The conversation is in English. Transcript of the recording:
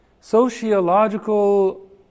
sociological